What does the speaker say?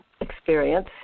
experience